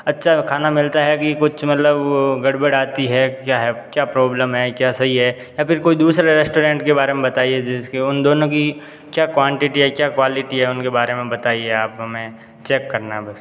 अच्छा खाना मिलता है कि कुछ मतलब गड़बड़ आती है क्या है क्या प्रोब्लम है क्या सही है या फिर कोई दूसरा रेस्टोरेंट के बारे में बताइए जिसके उन दोनों की क्या क्वांटिटी है क्या क्वालिटी है उनके बारे में बताइए आप हमें चेक करना है बस